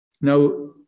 Now